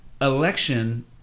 election